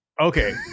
Okay